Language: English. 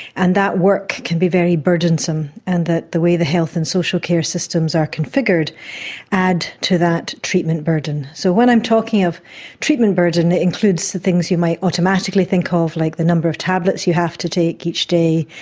and that work can be very burdensome, and that the way the health and social care systems are configured add to that treatment burden. so when i'm talking of treatment burden it includes the things you might automatically think ah of like the number of tablets you to take each day,